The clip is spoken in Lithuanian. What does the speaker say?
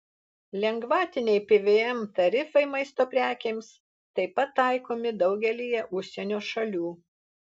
lengvatiniai pvm tarifai maisto prekėms taip pat taikomi daugelyje užsienio šalių